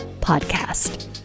podcast